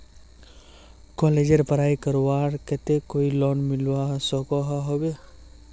कॉलेजेर पढ़ाई करवार केते कोई लोन मिलवा सकोहो होबे?